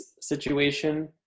situation